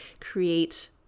create